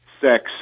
sex